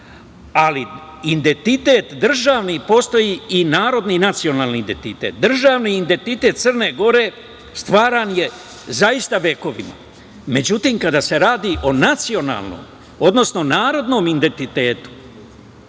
Ali, identitet državni postoji i narodni i nacionalni identite. Državni identitet Crne Gore stvaran je zaista vekovima.Međutim, kada se radi o nacionalnom, odnosno narodnom identitetu,